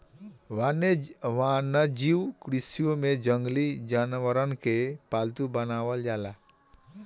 वन्यजीव कृषि में जंगली जानवरन के पालतू बनावल जाला